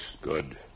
Good